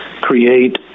create